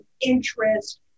interest